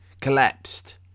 collapsed